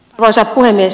arvoisa puhemies